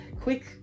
quick